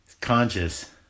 conscious